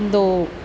ਦੋ